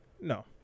No